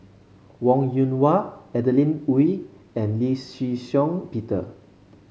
Wong Yoon Wah Adeline Ooi and Lee Shih Shiong Peter